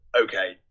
okay